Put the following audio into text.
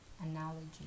analogy